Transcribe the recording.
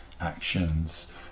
actions